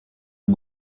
you